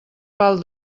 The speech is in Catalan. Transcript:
pal